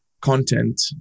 content